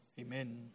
Amen